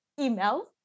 email